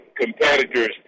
competitors